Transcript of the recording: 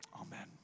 Amen